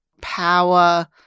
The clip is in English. power